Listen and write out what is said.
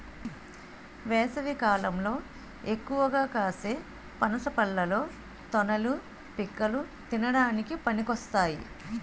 వేసవికాలంలో ఎక్కువగా కాసే పనస పళ్ళలో తొనలు, పిక్కలు తినడానికి పనికొస్తాయి